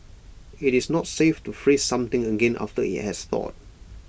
IT is not safe to freeze something again after IT has thawed